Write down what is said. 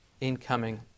incoming